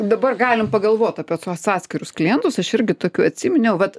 dabar galim pagalvot apie tuos atskirus klientus aš irgi tokių atsiminiau vat